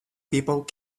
people